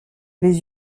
les